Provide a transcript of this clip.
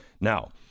Now